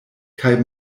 kaj